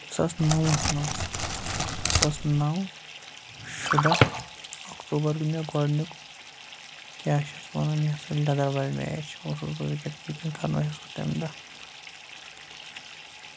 سۄ ٲس منٛز سۄ ٲس شُراہ اَکتوٗبر گۄڈٕنیُک کیاہ چھِ یَتھ وَنان یہِ ہسا لیدر بالہِ میچ اوسُس بہٕ وِکیٹ کیٖپِنگ کرناوہس بہٕ تَمہِ دۄہ